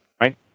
right